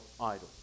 idol